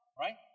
right